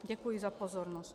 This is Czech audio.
Děkuji za pozornost.